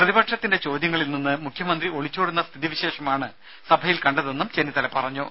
പ്രതിപക്ഷത്തിന്റെ ചോദ്യങ്ങളിൽ നിന്ന് മുഖ്യമന്ത്രി ഒളിച്ചോടുന്ന സ്ഥിതിവിശേഷമാണ് സഭയിൽ കണ്ടതെന്നും ചെന്നിത്തല പറഞ്ഞു